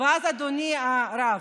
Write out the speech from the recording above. אדוני הרב,